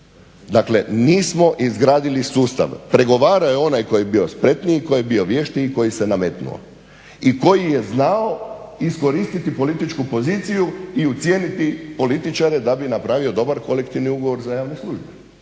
Dakle, nismo izgradili sustav, pregovarao je onaj koji je bio spretniji, tko je bio vještiji i koji se nametnuo, i koji je znao iskoristiti političku poziciju i ucijeniti političare da bi napravio dobar kolektivni ugovor za javnu službu,